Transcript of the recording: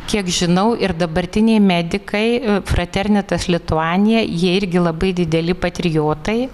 kiek žinau ir dabartiniai medikai fraternitas lituania jie irgi labai dideli patriotai